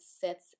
sits